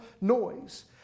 noise